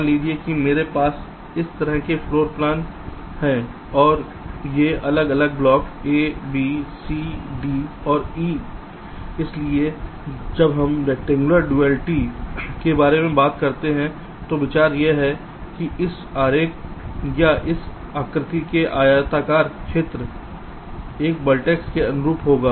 मान लीजिए कि मेरे पास इस तरह की फ्लोर प्लान है और ये अलग अलग ब्लॉक हैं A B C D और E इसलिए जब हम रैक्टेंगुलर ड्युअलिटी के बारे में बात करते हैं तो विचार यह है कि इस आरेख या इस आकृति में आयताकार क्षेत्र एक वर्टेक्स के अनुरूप होगा